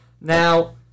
Now